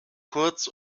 kurz